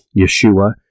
Yeshua